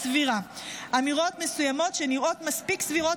"סבירה" אמירות מסוימות שנראות מספיק סבירות